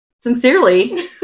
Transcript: Sincerely